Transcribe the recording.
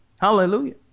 Hallelujah